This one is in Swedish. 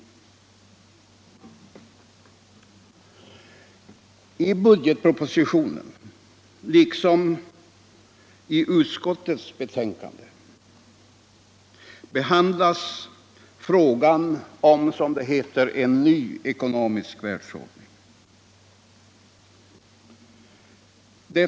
I budgetpropositionen liksom i utskottets betänkande behandlas frågan om, som det heter, en ny ekonomisk världsordning.